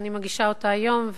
אני מגישה אותה היום,